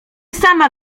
sama